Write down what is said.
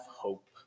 hope